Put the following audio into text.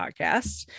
podcasts